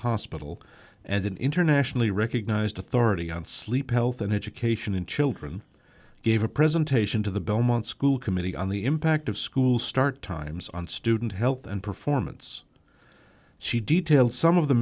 hospital and an internationally recognized authority on sleep health and education in children gave a presentation to the belmont school committee on the impact of school start times on student health and performance she detailed some of the